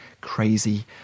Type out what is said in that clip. crazy